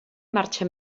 marxa